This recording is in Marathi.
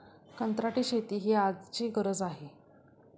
कंत्राटी शेती ही आजची गरज आहे